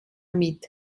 mit